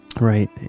Right